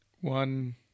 one